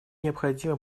необходима